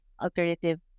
alternative